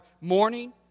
morning